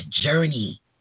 journey